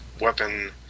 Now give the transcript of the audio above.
weapon